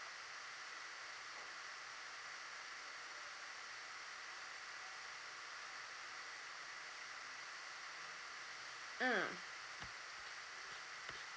mm